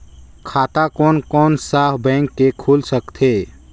खाता कोन कोन सा बैंक के खुल सकथे?